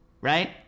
right